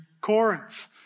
Corinth